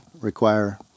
require